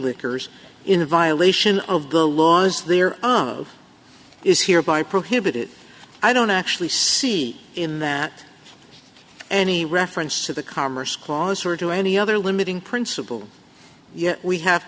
liquors in violation of the laws there is here by prohibit it i don't actually see in that any reference to the commerce clause or to any other limiting principle yet we have